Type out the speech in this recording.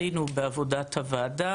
אנחנו צריכים לדאוג שזה יהיה שוויוני.